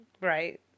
Right